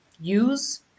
use